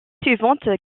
suivante